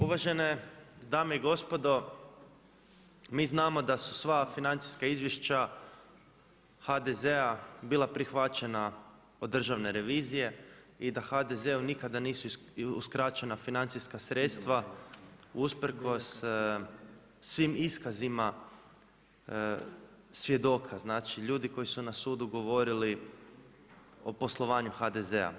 Uvažene dame i gospodo, mi znamo da su sva financijska izvješća HDZ-a bila prihvaćena od Državne revizije i da HDZ-u nikada nisu uskraćena financijska sredstva usprkos svim iskazima svjedoka, znači ljudi koji su na sudu govorili o poslovanju HDZ-a.